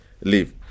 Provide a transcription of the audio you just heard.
leave